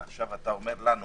ועכשיו אתה אומר לנו